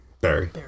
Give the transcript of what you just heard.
Barry